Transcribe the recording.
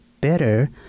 better